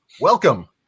Welcome